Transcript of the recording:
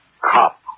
Cop